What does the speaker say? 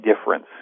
difference